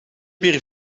hier